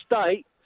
state